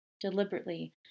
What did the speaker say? Deliberately